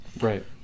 Right